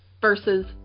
versus